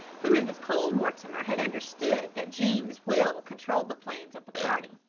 for mrs. cole-mortimer had understood that jean's will controlled the plans of the party.